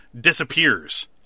disappears